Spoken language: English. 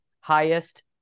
highest